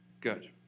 good